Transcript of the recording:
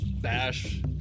bash